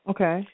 Okay